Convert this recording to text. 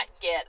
get